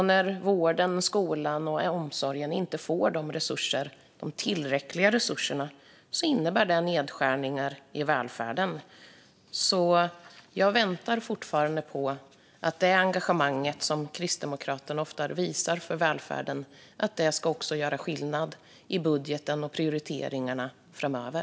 När vården, skolan och omsorgen inte får tillräckliga resurser innebär det nedskärningar i välfärden. Jag väntar fortfarande på att det engagemang som Kristdemokraterna ofta visar för välfärden ska göra skillnad i budgeten och i prioriteringarna framöver.